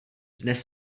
dnes